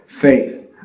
faith